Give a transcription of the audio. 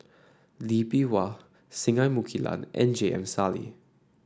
Lee Bee Wah Singai Mukilan and J M Sali